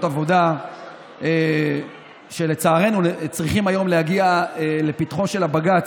עבודה שלצערנו צריכות היום להגיע לפתחו של בג"ץ,